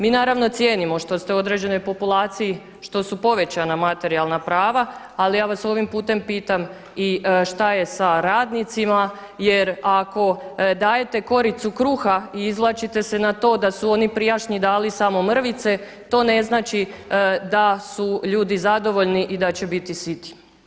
Mi naravno cijenimo što se određenoj populaciji što su povećana materijalna prava, ali ja vas ovim putem pitam i šta je sa radnicima jer ako dajete koricu kruha i izvlačite se na to da su oni prijašnji dali samo mrvice, to ne znači da su ljudi zadovoljni i da će biti siti.